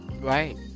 Right